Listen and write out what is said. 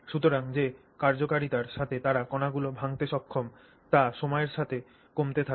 সুতরাং যে কার্যকারিতার সাথে তারা কণাগুলি ভাঙ্গতে সক্ষম তা সময়ের সাথে সাথে কমতে থাকে